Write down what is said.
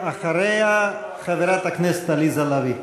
אחריה, חברת הכנסת עליזה לביא.